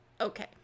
Okay